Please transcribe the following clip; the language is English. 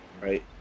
right